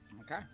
Okay